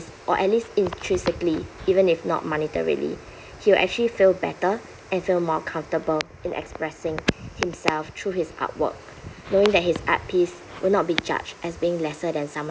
or at least intrinsically even if not monetarily he will actually feel better and feel more comfortable in expressing himself through his artwork knowing that his art piece will not be judged as being lesser than